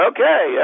Okay